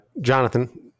Jonathan